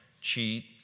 cheat